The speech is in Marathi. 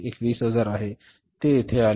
ते येथे आले